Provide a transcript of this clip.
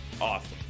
Awesome